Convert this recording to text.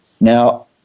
Now